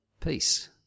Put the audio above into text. peace